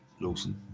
Lawson